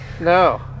No